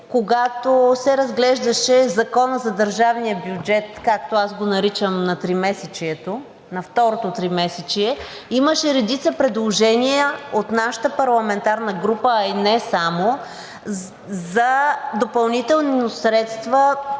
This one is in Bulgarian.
когато се разглеждаше Законът за държавния бюджет, както го наричам – на тримесечието, на второто тримесечие, имаше редица предложения от нашата парламентарна група, а и не само за допълнителни средства